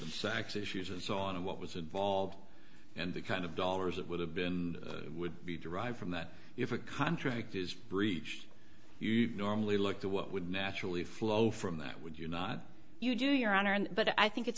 sacks issues and so on and what was involved and the kind of dollars it would have been and would be derived from that if a contract is breached normally look to what would naturally flow from that would you not you do your honor and but i think it's